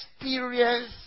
experience